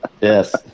yes